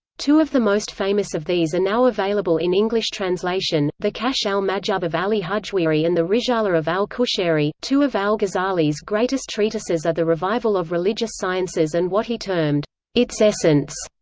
two of the most famous of these are and now available in english translation the kashf al-mahjub of ali hujwiri and the risala of al-qushayri two of al-ghazali's greatest treatises are the revival of religious sciences and what he termed its essence,